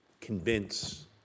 convince